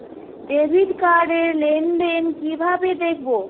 Debit card র লেনদেন কিভাবে দেখবো?